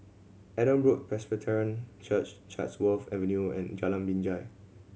Adam Road Presbyterian Church Chatsworth Avenue and Jalan Binjai